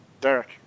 Derek